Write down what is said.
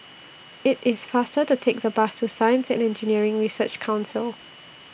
IT IS faster to Take The Bus to Science and Engineering Research Council